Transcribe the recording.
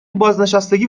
بازنشستگی